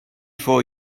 for